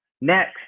Next